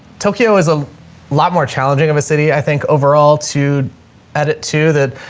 tokyo is a lot more challenging of a city. i think overall to edit to that,